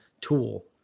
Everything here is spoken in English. tool